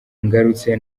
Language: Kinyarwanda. ngarutse